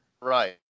Right